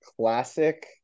classic